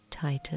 title